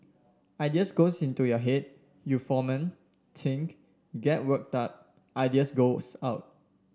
ideas goes into your head you foment think get worked up ideas goes out